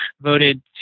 voted